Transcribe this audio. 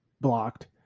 blocked